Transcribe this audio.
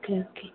okay okay